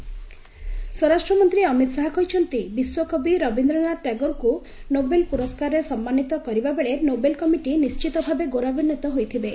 ଅମିତ୍ ଶାହା ଟାଗୋର୍ ସ୍ୱରାଷ୍ଟ୍ର ମନ୍ତ୍ରୀ ଅମିତ ଶାହା କହିଛନ୍ତି ବିଶ୍ୱ କବି ରବୀନ୍ଦ୍ରନାଥ ଟାଗୋରଙ୍କୁ ନୋବେଲ ପୁରସ୍କାରରେ ସମ୍ମାନୀତ କରିବାବେଳେ ନୋବେଲ କମିଟି ନିର୍ଣ୍ଣିତଭାବେ ଗୌରବାନ୍ୱିତ ହୋଇଥିବେ